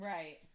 Right